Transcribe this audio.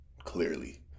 Clearly